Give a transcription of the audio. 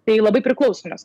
tai labai priklauso nes